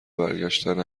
برگشتن